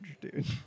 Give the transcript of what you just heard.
dude